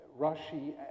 Rashi